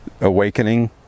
awakening